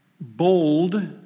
bold